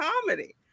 comedy